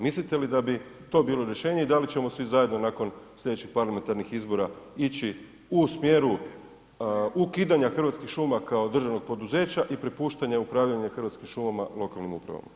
Mislite li da bi to bilo rješenje i da li ćemo svi zajedno nakon slijedećih parlamentarnih izbora ići u smjeru ukidanja Hrvatskih šuma kao državnog poduzeća i prepuštanja upravljanja hrvatskim šumama lokalnim uprava?